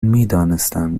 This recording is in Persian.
میدانستم